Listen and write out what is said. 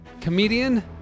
comedian